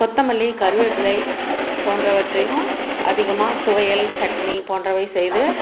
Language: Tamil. கொத்தமல்லி கறிவேப்பிலை போன்றவற்றையும் அதிகமாக துவையல் சட்னி போன்றவை செய்து